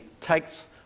takes